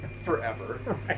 forever